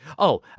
oh,